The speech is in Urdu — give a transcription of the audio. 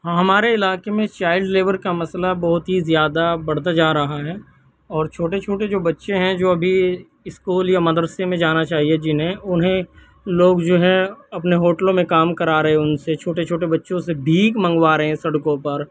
ہمارے علاقے میں چائلڈ لیبر کا مسئلہ بہت ہی زیادہ بڑھتا جا رہا ہے اور چھوٹے چھوٹے جو بچے ہیں جو ابھی اسکول یا مدرسے میں جانا چاہیے جنہیں انہیں لوگ جو ہے اپنے ہوٹلوں میں کام کرا رہے ہیں ان سے چھوٹے چھوٹے بچوں سے بھیک منگوا رہے ہیں سڑکوں پر